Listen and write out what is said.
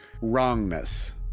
wrongness